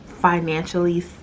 financially